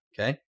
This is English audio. Okay